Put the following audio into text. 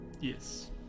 Yes